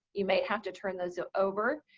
you may have to turn those ah over.